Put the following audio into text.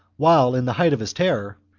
while, in the height of his terror,